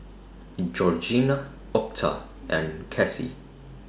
Georgianna Octa and Kassie